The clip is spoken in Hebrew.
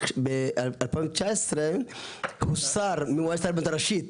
וב-2019 הוסר במועצת הרבנות הראשית,